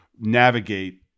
navigate